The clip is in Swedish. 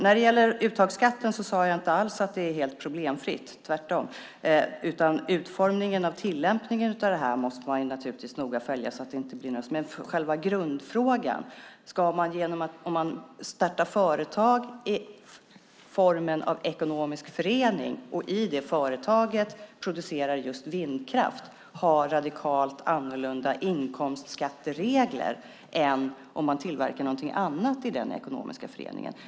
När det gäller uttagsskatten sade jag inte alls att det är helt problemfritt - tvärtom. Utformningen av tillämpningen av det här måste man naturligtvis följa noga. Men själva grundfrågan är om man genom att starta företag i form av ekonomisk förening och i det företaget producerar just vindkraft ska ha radikalt annorlunda inkomstskatteregler än om man tillverkar någonting annat i den ekonomiska föreningen.